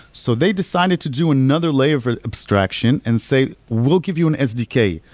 so they decided to do another layer of abstraction and say, we'll give you an sdk,